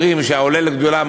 אומרים שהעולה לגדולה,